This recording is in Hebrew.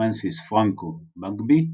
פרנסיס "פרנקו" בגבי,